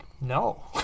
no